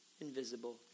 invisible